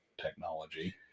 technology